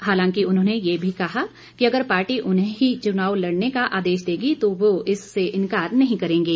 हालांकि उन्होंने ये भी कहा कि अगर पार्टी उन्हें ही चुनाव लड़ने का आदेश देगी तो वह इससे इन्कार नहीं करेंगे